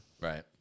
Right